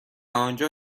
آنجا